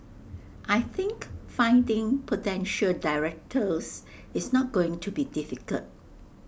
I think finding potential directors is not going to be difficult